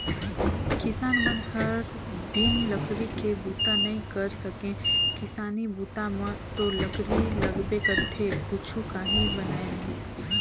किसान मन हर बिन लकरी के बूता नइ कर सके किसानी बूता म तो लकरी लगबे करथे कुछु काही बनाय म